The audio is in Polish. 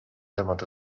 temat